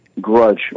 grudge